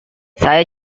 saya